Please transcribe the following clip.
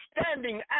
standing